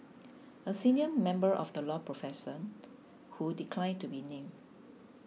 a senior member of the law profession who declined to be named